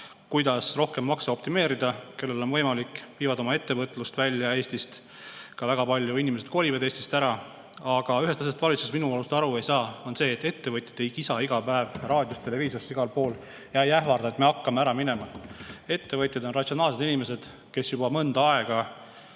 kuidas makse rohkem optimeerida. Kellel on võimalik, viivad oma ettevõtluse Eestist välja, väga paljud inimesed ka kolivad Eestist ära. Üks asi, millest valitsus minu arust aru ei saa, on see, et ettevõtjad ei kisa iga päev raadios, televiisoris, igal pool [mujal] ega ähvarda, et me hakkame ära minema. Ettevõtjad on ratsionaalsed inimesed, kes juba mõnda aega